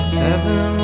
seven